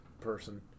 person